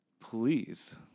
Please